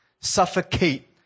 suffocate